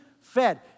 fed